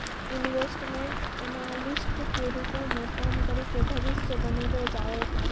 investment analyst के रूपो मे काम करि के भविष्य बनैलो जाबै पाड़ै